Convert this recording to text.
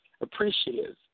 appreciative